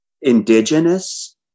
indigenous